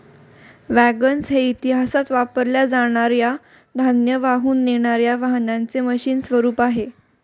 wagons हे इतिहासात वापरल्या जाणार या धान्य वाहून नेणार या वाहनांचे मशीन स्वरूप आहे